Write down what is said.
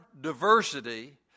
diversity